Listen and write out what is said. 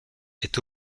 est